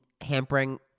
hampering